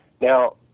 Now